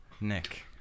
Nick